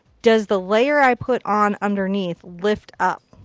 does the layer i put on underneath lift up?